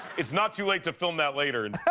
is not too late to film that later and